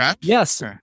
Yes